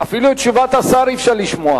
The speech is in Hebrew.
ואפילו את תשובת השר אי-אפשר לשמוע.